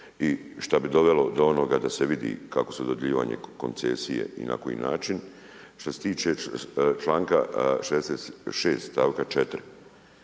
i šta bi dovelo do onoga da se vidi kako se dodjeljivanje koncesije i na koji način. Što se tiče članka 66. stavka 4.